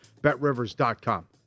BetRivers.com